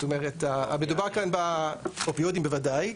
באופיוטים בוודאי.